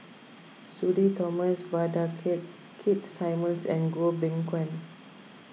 Sudhir Thomas Vadaketh Keith Simmons and Goh Beng Kwan